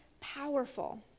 powerful